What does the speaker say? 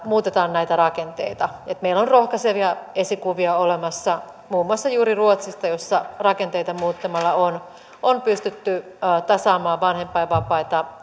muutetaan näitä rakenteita meillä on rohkaisevia esikuvia olemassa muun muassa juuri ruotsista jossa rakenteita muuttamalla on on pystytty tasaamaan vanhempainvapaita